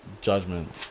judgment